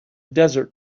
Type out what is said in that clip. desert